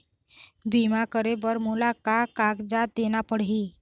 बीमा करे बर मोला का कागजात देना पड़ही?